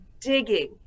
digging